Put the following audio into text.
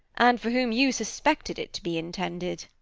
and for whom you suspected it to be intended.